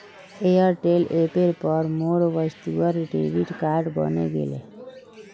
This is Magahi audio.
एयरटेल ऐपेर पर मोर वर्चुअल डेबिट कार्ड बने गेले